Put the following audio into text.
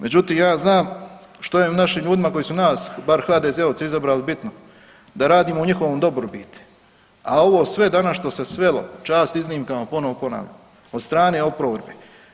Međutim, ja znam što je u našim ljudima koji su nas, bar HDZ-ovci izabrali bitno da radimo u njihovoj dobrobiti, a ovo sve danas što se svelo, čast iznimkama ponovno ponavljam od strane oporbe.